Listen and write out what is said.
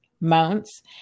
mounts